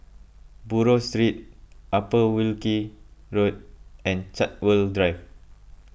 Buroh Street Upper Wilkie Road and Chartwell Drive